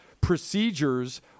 procedures